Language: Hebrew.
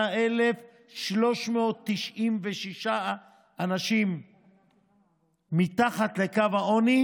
198,396 אנשים מתחת לקו העוני